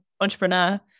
entrepreneur